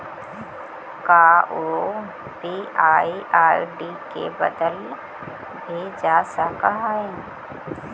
का UPI ID के बदलल भी जा सकऽ हई?